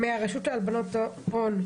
הרשות להלבנת הון.